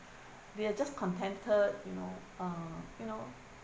they are just contended you know uh you know